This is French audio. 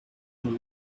pour